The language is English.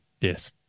Yes